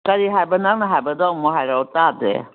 ꯀꯔꯤ ꯍꯥꯏꯕ ꯅꯪꯅ ꯍꯥꯏꯕꯗꯣ ꯑꯃꯨꯛ ꯍꯥꯏꯔꯛꯑꯣ ꯇꯥꯗ꯭ꯔꯦ